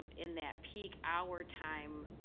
in that peak hour time,